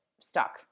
stuck